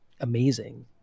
amazing